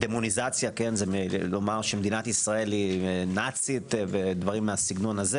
דמוניזציה זה לומר שמדינת ישראל היא נאצית ודברים מהסוג זה,